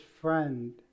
friend